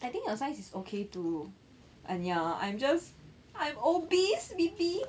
I think your size is okay to and ya I'm just I'm obese B_B